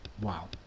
Wow